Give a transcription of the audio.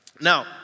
Now